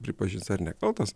pripažins ar nekaltas